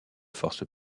force